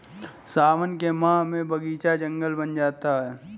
सावन के माह में बगीचा जंगल बन जाता है